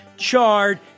charred